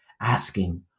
asking